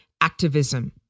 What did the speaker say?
activism